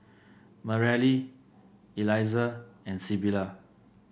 Mareli Eliza and Sybilla